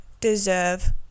deserve